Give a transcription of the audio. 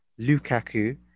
Lukaku